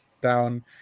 down